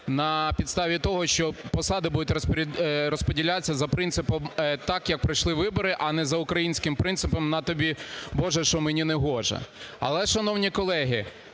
на підставі того, що посади будуть розподілятися за принципом: так, як пройшли вибори, – а не за українським принципом "на тобі, Боже, що мені негоже". Але, шановні колеги,